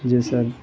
جی سر